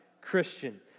Christian